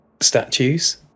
statues